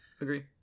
agree